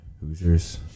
Hoosiers